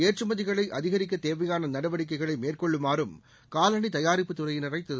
ஏற்றுமதிகளை அதிகரிக்க தேவையான நடவடிக்கைகளை மேற்கொள்ளுமாறும் காலணி தயாரிப்பு துறையினரை திரு